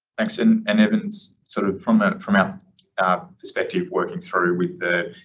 thanks. and and evan sort of from ah from our perspective, working through with the,